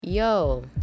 Yo